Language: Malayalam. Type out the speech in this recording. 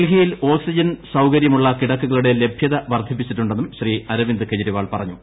ഡൽഹിയിൽ ഓക്സിജൻ സൌകര്യമുള്ള കിടക്കകളുടെ ലഭ്യത വർധിപ്പിച്ചിട്ടുണ്ടെന്നും ശ്രീ അരവിന്ദ് കേജരിവാൾ പറഞ്ഞു